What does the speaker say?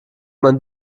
man